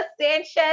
Sanchez